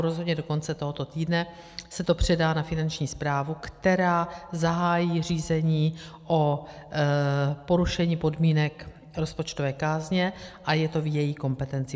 Rozhodně do konce tohoto týdne se to předá na Finanční správu, která zahájí řízení o porušení podmínek rozpočtové kázně, a je to v její kompetenci.